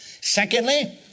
Secondly